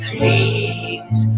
Please